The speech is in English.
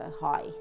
high